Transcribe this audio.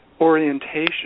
orientation